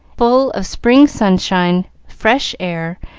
full of spring sunshine, fresh air,